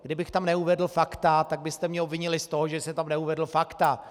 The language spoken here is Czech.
Kdybych tam neuvedl fakta, tak byste mě obvinili z toho, že jsem tam neuvedl fakta.